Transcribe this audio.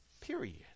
period